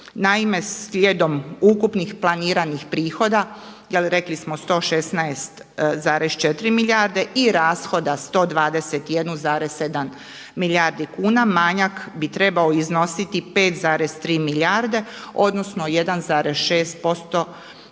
Naime, slijedom ukupnih planiranih prihoda, jer rekli smo 116,4 milijarde i rashoda 121,7 milijardi kuna. Manjak bi trebao iznositi 5,3 milijarde, odnosno 1,6% BDP-a